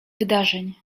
wydarzeń